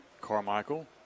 Carmichael